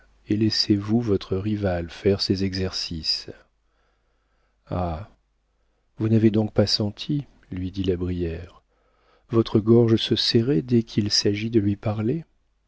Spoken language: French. et laissez-vous votre rival faire ses exercices ah vous n'avez donc pas senti lui dit la brière votre gorge se serrer dès qu'il s'agit de lui parler